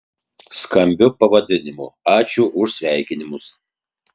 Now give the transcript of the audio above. skambiu pavadinimu ačiū už sveikinimus